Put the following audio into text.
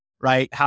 right